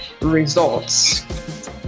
results